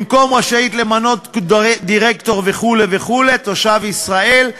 במקום: רשאית למנות דירקטור וכו' וכו' תושב ישראל,